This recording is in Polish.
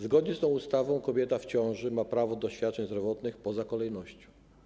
Zgodnie z tą ustawą kobieta w ciąży ma prawo do świadczeń zdrowotnych poza kolejnością.